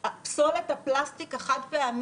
100 הצעדים"